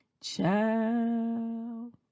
Child